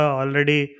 already